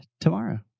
tomorrow